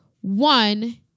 one